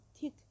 thick